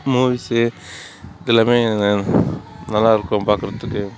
movies எல்லாம் நல்லாயிருக்கும் பார்க்குறத்துக்கு